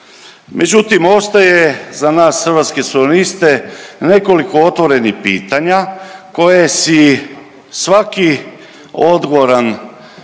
međutim ostaje za nas Hrvatske suvereniste nekoliko otvorenih pitanja koje si svaki odgovoran